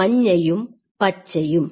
മഞ്ഞയും പച്ചയും